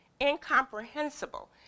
incomprehensible